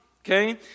Okay